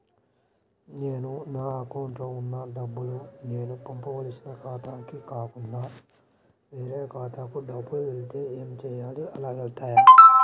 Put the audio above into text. నేను నా అకౌంట్లో వున్న డబ్బులు నేను పంపవలసిన ఖాతాకి కాకుండా వేరే ఖాతాకు డబ్బులు వెళ్తే ఏంచేయాలి? అలా వెళ్తాయా?